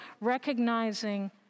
recognizing